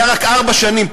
היה רק ארבע שנים,